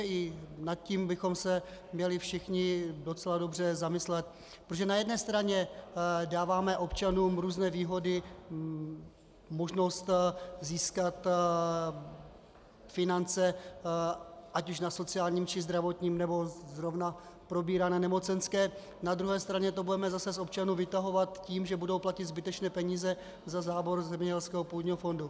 I nad tím bychom se měli všichni docela dobře zamyslet, protože na jedné straně dáváme občanům různé výhody, možnost získat finance ať už na sociálním, či zdravotním, nebo zrovna probírané nemocenské, na druhé straně to budeme zase z občanů vytahovat tím, že budou platit zbytečné peníze za zábor ze zemědělského půdního fondu.